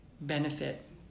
benefit